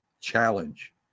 challenge